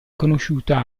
conosciuta